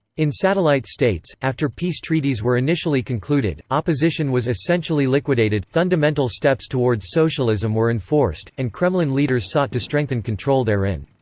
in satellite states, after peace treaties were initially concluded, opposition was essentially liquidated, fundamental steps towards socialism were enforced, and kremlin leaders sought to strengthen control therein.